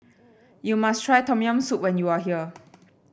you must try Tom Yam Soup when you are here